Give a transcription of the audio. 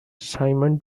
simon